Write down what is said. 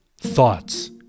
Thoughts